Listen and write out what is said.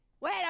Wait